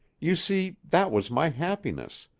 you see, that was my happiness.